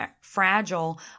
fragile